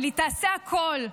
אבל היא תעשה הכול,